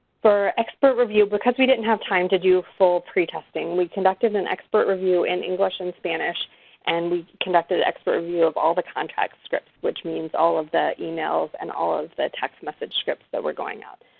for expert review, because we didn't have time to do full pre-testing, we conducted an expert review in english and spanish and we conducted an expert review of all the contact scripts which means all of the emails and all of the text message scripts that were going out.